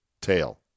tail